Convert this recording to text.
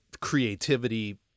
creativity